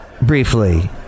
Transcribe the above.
Briefly